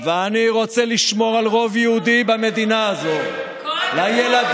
ואני רוצה לשמור על רוב יהודי במדינה הזאת לילדים,